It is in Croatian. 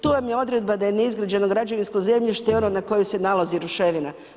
Tu vam je odredba da je neizgrađeno građevinsko zemljište i ono na kojem se nalazi ruševina.